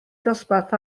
dosbarth